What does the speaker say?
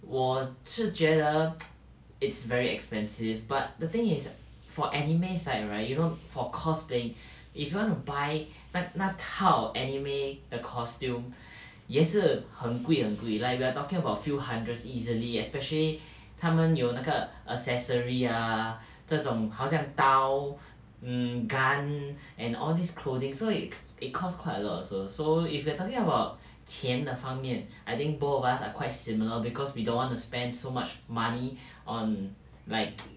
我是觉得 it's very expensive but the thing is for anime side right you know for cosplaying if you want to buy 那那套 anime 的 costume 也是很贵很贵 like we are talking about few hundreds easily especially 他们有那个 accessory ah 这种像刀 mm gun and all these clothing 所以 it cost quite a lot also so if you are talking about 钱的方面 both of us are quite similar because we don't want to spend so much money on like